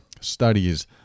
studies